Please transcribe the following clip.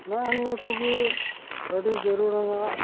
ᱱᱮᱜᱼᱮ ᱱᱤᱭᱟᱹ ᱠᱚᱜᱮ ᱟᱹᱰᱤ ᱡᱟᱹᱨᱩᱲᱟᱱᱟᱜ